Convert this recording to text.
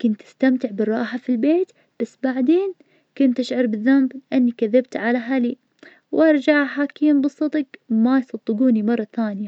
كنت استمتع بالراحة في البيت, بس بعدين كنت اشعر بالذنب لأني كذبت على أهلي, وارجع حاكيهم بصدج وما يصدقوني مرة ثانية.